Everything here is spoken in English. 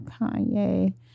Kanye